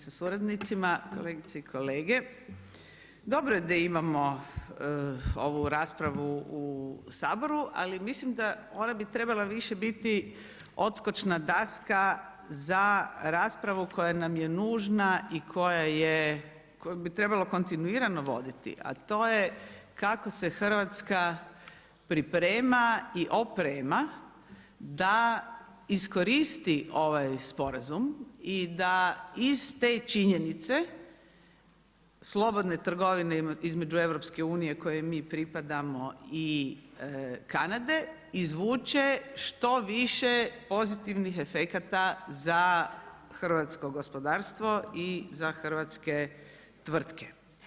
sa suradnicima, kolegice i kolege, dobro je da imamo ovu raspravu u Saboru, ali mislim da ona bi trebala više biti odskočna daska za raspravu koja nam je nužna i koja je bi trebala kontinuirano voditi a to je kako se Hrvatska priprema i oprema da iskoristi ovaj sporazum i da iz te činjenice, slobodne trgovine između EU-a kojoj mi pripadamo i Kanade, izvuče što više pozitivnih efekata za hrvatsko gospodarstvo i za hrvatske tvrtke.